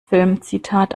filmzitat